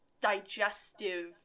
digestive